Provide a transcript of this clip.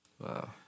Wow